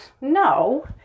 No